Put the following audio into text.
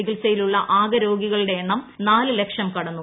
ചികിത്സയിലുള്ള ആകെ രോഗികളുടെ എണ്ണം നാല് ലക്ഷം കടന്നു